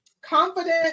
confident